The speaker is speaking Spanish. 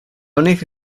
única